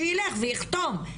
שתלך ויחתום,